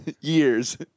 years